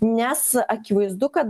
nes akivaizdu kad